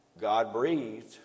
God-breathed